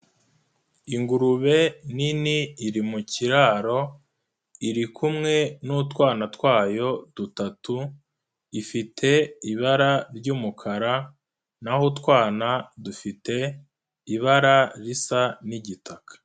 Ingurube nini iri mu kiraro irikumwe n'utwana twayo dutatu ifite ibara ry’umukara, na ho utwana dufite ibara risa n’igitaka.